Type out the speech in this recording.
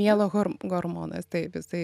miego horm gormonas taip jisai